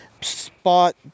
Spot